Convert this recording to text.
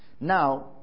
Now